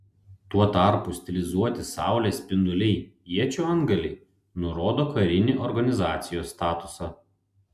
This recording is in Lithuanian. tuo tarpu stilizuoti saulės spinduliai iečių antgaliai nurodo karinį organizacijos statusą